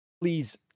please